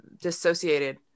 dissociated